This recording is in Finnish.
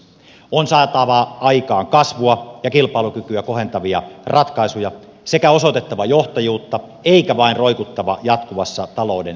on saatava aikaan kasvua ja kilpailukykyä kohentavia ratkaisuja sekä osoitettava johtajuutta eikä vain roikuttava jatkuvassa talouden epävarmuudessa